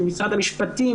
ממשרד המשפטים